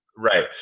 Right